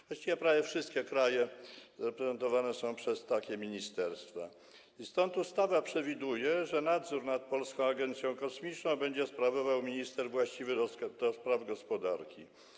Właściwie prawie wszystkie kraje reprezentowane są przez takie ministerstwa, dlatego ustawa przewiduje, że nadzór nad Polską Agencją Kosmiczną sprawował będzie minister właściwy do spraw gospodarki.